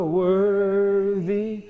worthy